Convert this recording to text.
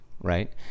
right